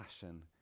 passion